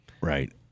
Right